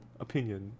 opinion